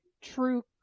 true